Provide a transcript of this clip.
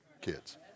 kids